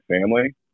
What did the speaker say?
family